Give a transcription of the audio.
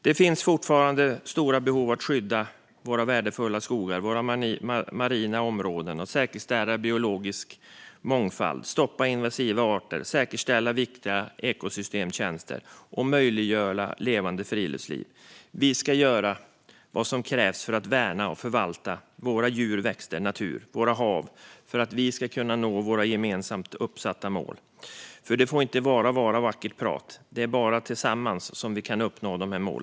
Det finns fortfarande ett stort behov av att skydda våra värdefulla skogar och marina områden för att säkerställa biologisk mångfald, stoppa invasiva arter, säkerställa viktiga ekosystemtjänster och möjliggöra ett levande friluftsliv. Vi ska göra vad som krävs för att värna och förvalta vår natur, våra djur och växter och våra hav och för att nå våra gemensamt uppsatta mål. Det får inte vara bara vackert prat. Det är bara tillsammans som vi kan uppnå dessa mål.